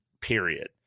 period